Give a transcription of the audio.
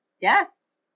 yes